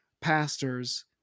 pastors